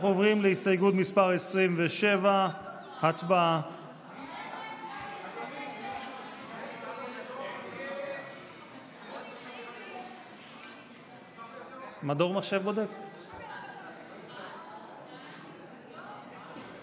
אנחנו עוברים להסתייגות מס' 27. הצבעה.